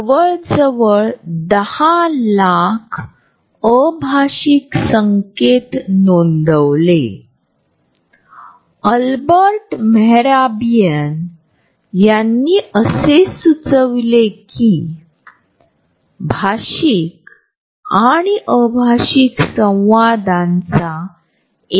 आपण एखाद्या अदृश्य फुग्यामध्ये चालत आहोत असे समजून प्रॉक्सिमिक्सची कल्पना समजू शकते